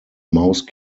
mouse